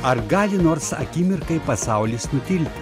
ar gali nors akimirkai pasaulis nutilti